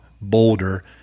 Boulder